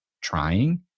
trying